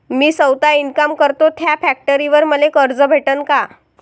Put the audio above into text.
मी सौता इनकाम करतो थ्या फॅक्टरीवर मले कर्ज भेटन का?